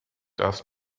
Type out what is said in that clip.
das